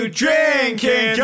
drinking